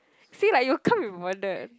see like you can't be bothered